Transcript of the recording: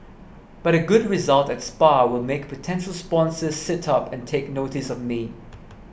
but a good result at Spa will make potential sponsors sit up and take notice of me